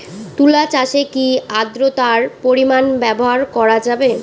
তুলা চাষে কি আদ্রর্তার পরিমাণ ব্যবহার করা যাবে?